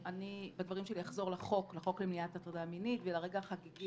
בדברים שלי אחזור לחוק למניעת הטרדה מינית ולרגע החגיגי